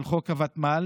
על חוק הוותמ"ל.